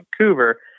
Vancouver